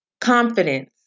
confidence